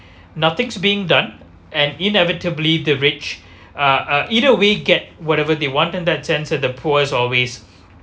nothing's being done and inevitably the rich are are either way get whatever they want in that sense then the poor always